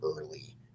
early